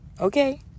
Okay